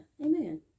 Amen